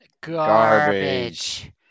garbage